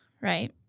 right